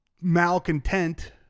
malcontent